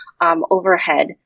overhead